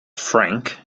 frank